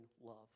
love